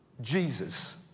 Jesus